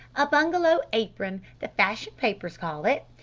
a bungalow apron, the fashion papers call it.